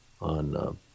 on